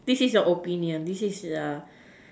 this is your opinion this is uh